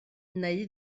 neu